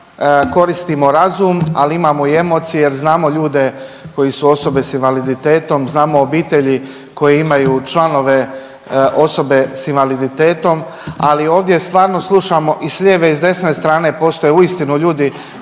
koristimo razum, ali imamo i emocije koje su osobe s invaliditetom, znamo obitelji koje imaju članove osobe s invaliditetom, ali ovdje stvarno slušamo i s lijeve i s desne strane postoje uistinu ljudi